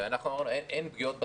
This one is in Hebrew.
ואנחנו אמרנו: אין פגיעות בשכר.